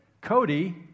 Cody